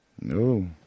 No